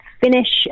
finish